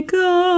go